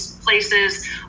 places